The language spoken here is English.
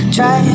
Try